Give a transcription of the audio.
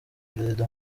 perezida